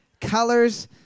colors